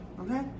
okay